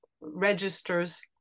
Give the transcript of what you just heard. registers